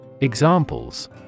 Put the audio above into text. Examples